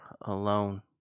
alone